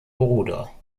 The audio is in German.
bruder